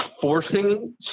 forcing